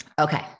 okay